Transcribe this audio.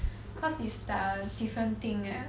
cause it's a different thing eh